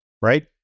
right